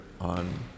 on